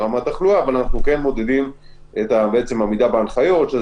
אבל כן אפשר למדוד עמידה בהנחיות,